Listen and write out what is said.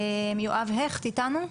יואב הכט איתנו.